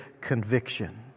Conviction